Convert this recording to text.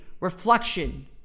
reflection